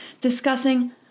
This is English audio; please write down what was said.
discussing